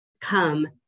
come